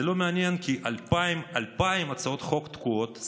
זה לא מעניין, כי 2,000 הצעות חוק תקועות.